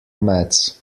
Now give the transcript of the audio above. mats